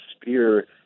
spear